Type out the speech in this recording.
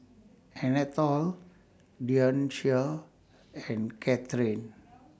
Anatole Dionicio and Cathrine